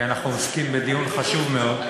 כי אנחנו עוסקים בדיון חשוב מאוד.